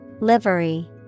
Livery